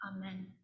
Amen